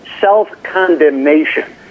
self-condemnation